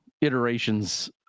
iterations